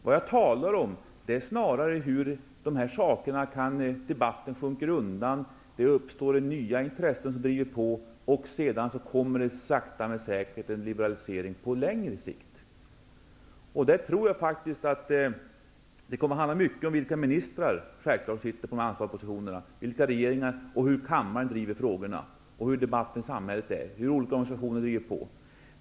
Vad jag talar om är snarare hur debatten sjunker undan, hur det uppstår nya intressen som driver på och att det sedan sakta men säkert kommer en liberalisering på längre sikt. Det kommer att handla mycket om vilka ministrar som ansvarar för propositionerna, vilka regeringar vi får och hur kammaren driver frågorna. Det handlar också om hurdan debatten ute i samhället blir och hur olika organisationer driver på.